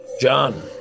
John